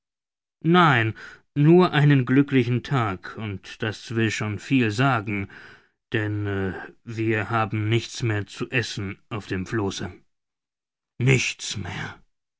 nein nur einen glücklichen tag und das will schon viel sagen denn wir haben nichts mehr zu essen auf dem flosse nichts mehr